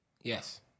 Yes